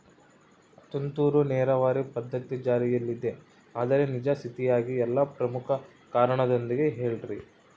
ತುಂತುರು ನೇರಾವರಿ ಪದ್ಧತಿ ಜಾರಿಯಲ್ಲಿದೆ ಆದರೆ ನಿಜ ಸ್ಥಿತಿಯಾಗ ಇಲ್ಲ ಪ್ರಮುಖ ಕಾರಣದೊಂದಿಗೆ ಹೇಳ್ರಿ?